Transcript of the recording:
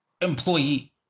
employee